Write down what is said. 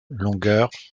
longueurs